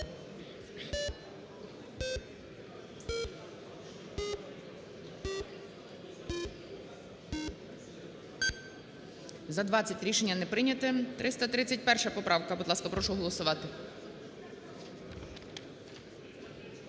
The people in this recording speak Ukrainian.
За-20 Рішення не прийнято. 331 поправка, будь ласка, прошу голосувати.